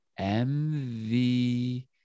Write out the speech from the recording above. MV